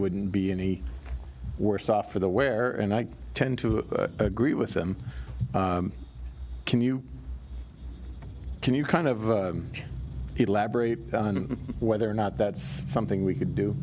wouldn't be any worse off for the wear and i tend to agree with them can you can you kind of elaborate on whether or not that's something we could do